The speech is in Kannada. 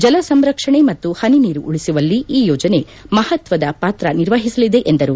ಜಲ ಸಂರಕ್ಷಣೆ ಮತ್ತು ಹನಿ ನೀರು ಉಳಿಸುವಲ್ಲಿ ಈ ಯೋಜನೆ ಮಹತ್ವದ ಪಾತ್ರ ನಿರ್ವಹಿಸಲಿದೆ ಎಂದರು